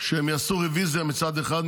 שהם יעשו רוויזיה מצד אחד,